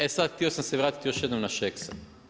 E sad, htio sam se vratiti još jednom na Šeksa.